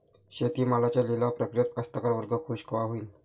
शेती मालाच्या लिलाव प्रक्रियेत कास्तकार वर्ग खूष कवा होईन?